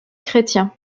chrétien